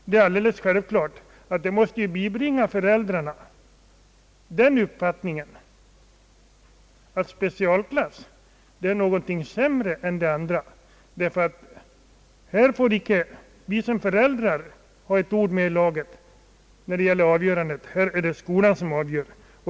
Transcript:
Det är alldeles självklart att detta måste bibringa föräldrarna den uppfattningen att specialklass är någonting sämre än annat, eftersom föräldrarna icke får ha ett ord med i laget när det gäller avgörandet. Nu är det alltså skolan som avgör.